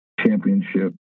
championship